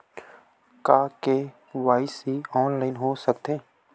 का KYC online हो सकथे?